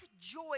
joy